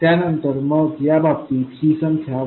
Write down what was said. त्यानंतर मग या बाबतीत ही संख्या 1